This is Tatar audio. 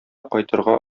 кайтырга